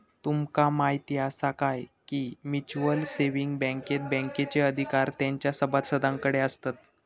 तुमका म्हायती आसा काय, की म्युच्युअल सेविंग बँकेत बँकेचे अधिकार तेंच्या सभासदांकडे आसतत